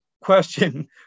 question